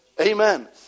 Amen